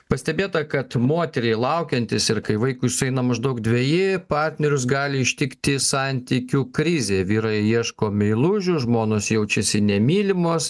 pastebėta kad moteriai laukiantis ir kai vaikui sueina maždaug dveji partnerius gali ištikti santykių krizė vyrai ieško meilužių žmonos jaučiasi nemylimos